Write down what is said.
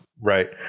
right